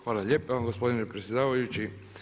Hvala lijepa gospodine predsjedavajući.